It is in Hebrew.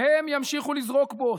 היהודים, הם ימשיכו לזרוק בוץ,